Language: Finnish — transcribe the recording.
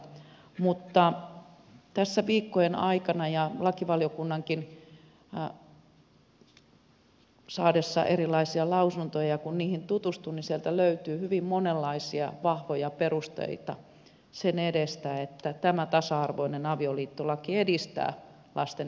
mutta tässä viikkojen aikana ja kun tutustui lakivaliokunnankin saamiin erilaisiin lausuntoihin sieltä löytyi hyvin monenlaisia vahvoja perusteita sen edestä että tämä tasa arvoinen avioliittolaki edistää lasten yhdenvertaisuutta